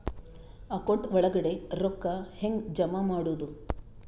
Account ಒಳಗಡೆ ರೊಕ್ಕ ಹೆಂಗ್ ಜಮಾ ಮಾಡುದು?